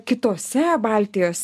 kitose baltijos